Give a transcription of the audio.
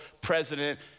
president